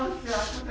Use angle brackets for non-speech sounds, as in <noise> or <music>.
<laughs>